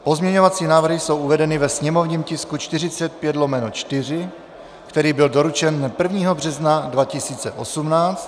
Pozměňovací návrhy jsou uvedeny ve sněmovním tisku 45/4, který byl doručen dne 1. března 2018.